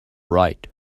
right